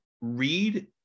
read